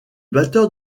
batteur